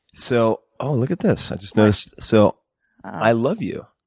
so oh, look at this. i just noticed, so i love you.